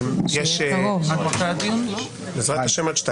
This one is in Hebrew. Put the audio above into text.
נא לשמור על מסגרת הזמנים.